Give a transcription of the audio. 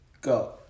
Go